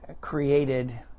created